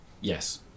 Yes